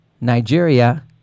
Nigeria